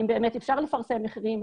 אם באמת אפשר לפרסם מחירים,